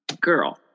girl